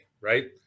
right